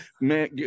man